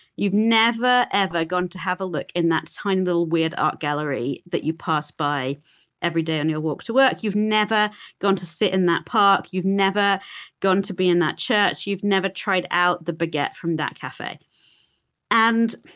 you've never ever gone have a look in that tiny little weird art gallery that you pass by every day on your walk to work. you've never gone to sit in that park. you've never gone to be in that church. you've never tried out the baguette from that cafe and